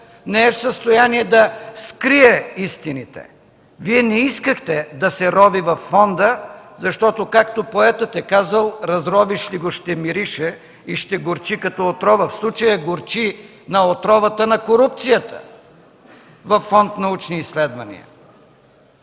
не е в състояние да скрие истините! Вие не искахте да се рови във фонда, защото, както поетът е казал, „разровиш ли го, ще мирише и ще горчи като отрова”. В случая горчи на отровата на корупцията във Фонд „Научни изследвания”!